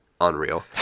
unreal